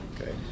Okay